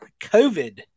COVID